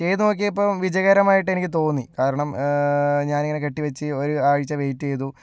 ചെയ്ത് നോക്കിയപ്പോൾ വിജയകരമായിട്ട് എനിക്കത് തോന്നി കാരണം ഞാൻ ഇങ്ങനെ കെട്ടിവച്ച് ഒരാഴ്ച വെയ്റ്റ് ചെയ്തു